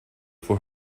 for